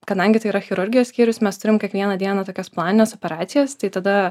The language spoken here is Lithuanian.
kadangi tai yra chirurgijos skyrius mes turim kiekvieną dieną tokias planines operacijas tai tada